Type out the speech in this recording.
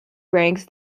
ranks